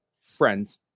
Friends